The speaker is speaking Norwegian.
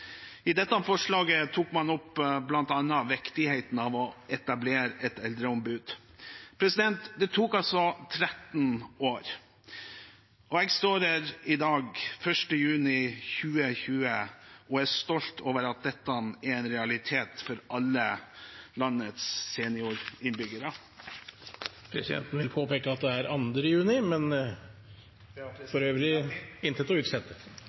I dette forslaget tok man opp bl.a. viktigheten av å etablere et eldreombud. Det tok altså 13 år. Jeg står her i dag, 1. juni 2020 og er stolt over at dette er en realitet for alle landets seniorinnbyggere. Presidenten vil påpeke at det er 2. juni, men har for øvrig intet å utsette.